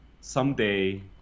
someday